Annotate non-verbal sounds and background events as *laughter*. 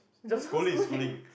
Joseph-Schooling *laughs*